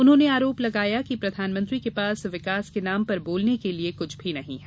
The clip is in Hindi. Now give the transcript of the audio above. उन्होंने आरोप लगाया कि प्रधानमंत्री के पास विकास के नाम बोलने के लिए कृछ भी नहीं है